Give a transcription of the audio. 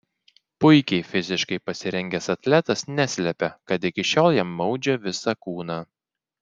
puikiai fiziškai pasirengęs atletas neslepia kad iki šiol jam maudžia visą kūną